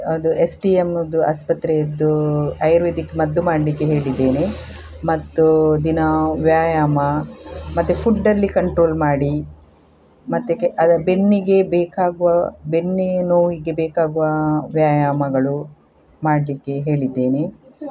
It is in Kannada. ಅದು ಎಸ್ ಡಿ ಎಮ್ದು ಆಸ್ಪತ್ರೆಯದ್ದು ಆಯುರ್ವೇದಿಕ್ ಮದ್ದು ಮಾಡಲಿಕ್ಕೆ ಹೇಳಿದ್ದೇನೆ ಮತ್ತು ದಿನಾ ವ್ಯಾಯಾಮ ಮತ್ತು ಫುಡ್ಡಲ್ಲಿ ಕಂಟ್ರೋಲ್ ಮಾಡಿ ಮತ್ತು ಕೆ ಅದು ಬೆನ್ನಿಗೆ ಬೇಕಾಗುವ ಬೆನ್ನು ನೋವಿಗೆ ಬೇಕಾಗುವ ವ್ಯಾಯಾಮಗಳು ಮಾಡಲಿಕ್ಕೆ ಹೇಳಿದ್ದೇನೆ